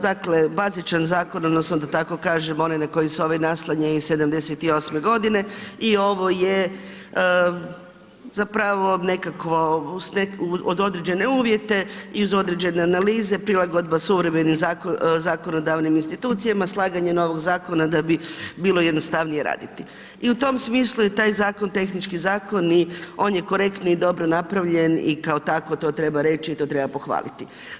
Dakle, bazičan zakon odnosno da tako kažem onaj na koji se ovaj naslanja iz 78.g. i ovo je zapravo nekakvo, uz određene uvjete i uz određene analize prilagodba suvremenim zakonodavnim institucijama, slaganje novog zakona da bi bilo jednostavnije raditi i u tom smislu je taj zakon tehnički zakon i on je korektno i dobro napravljen i kao tako to treba reći i to treba pohvaliti.